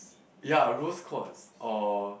ya rose quarts or